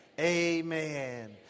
amen